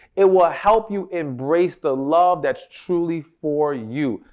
it will help you embrace the love that's truly for you.